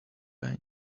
bang